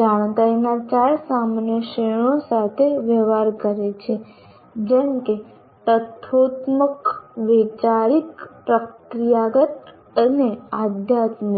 જાણકારીના ચાર સામાન્ય શ્રેણીઓ સાથે વ્યવહાર કરે છે જેમ કે તથ્યોત્મક વૈચારિક પ્રક્રિયાગત અને આધ્યાત્મિક